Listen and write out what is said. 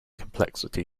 complexity